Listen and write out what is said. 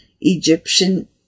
Egyptian